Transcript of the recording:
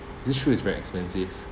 this shoe is very expensive